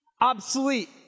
Obsolete